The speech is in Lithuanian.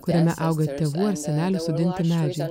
kuriame auga tėvų ar senelių sodinti medžiai